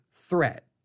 threat